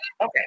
Okay